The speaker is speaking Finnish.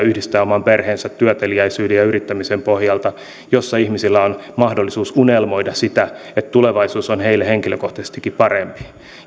yhdistämään oman perheensä työteliäisyyden ja yrittämisen pohjalta ja jossa ihmisillä on mahdollisuus unelmoida siitä että tulevaisuus on heille henkilökohtaisestikin